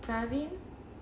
pravin